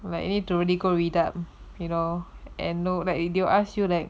like you need to really go read up you know and loh like a they will ask you like